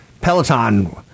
Peloton